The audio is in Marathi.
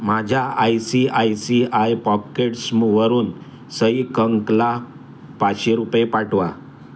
माझ्या I C I C I पॉकेट्सवरून सई कंकला पाचशे रुपये पाठवा